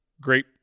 great